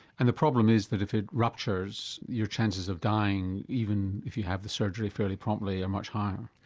and the problem is that if it ruptures, your chances of dying even if you have the surgery fairly promptly, are much higher.